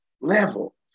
level